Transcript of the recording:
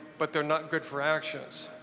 but they're not good for actions.